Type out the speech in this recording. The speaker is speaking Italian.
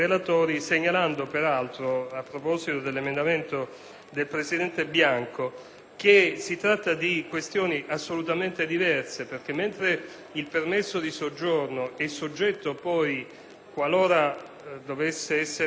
si tratta di questioni assolutamente diverse, perché mentre il permesso di soggiorno è soggetto poi, qualora dovesse essere confermata l'ipotesi passata già in Commissione, ad un periodico